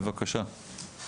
בבקשה.